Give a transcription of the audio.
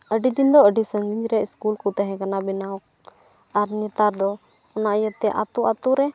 ᱟᱹᱰᱤ ᱫᱤᱱ ᱫᱚ ᱟᱹᱰᱤ ᱥᱟᱺᱜᱤᱧ ᱨᱮ ᱥᱠᱩᱞ ᱠᱚ ᱛᱟᱦᱮᱸ ᱠᱟᱱᱟ ᱵᱮᱱᱟᱣ ᱟᱨ ᱱᱮᱛᱟᱨ ᱫᱚ ᱚᱱᱟ ᱤᱭᱟᱹ ᱛᱮ ᱟᱹᱛᱩ ᱟᱹᱛᱩ ᱨᱮ